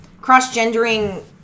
cross-gendering